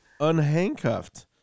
unhandcuffed